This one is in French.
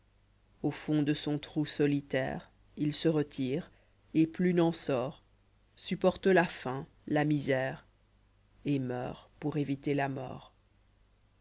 au fond de son trou solitaire u se retire et plus n en sort supporte la faim la misère etmeurtjoureyiter lamort